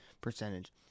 percentage